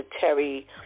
Terry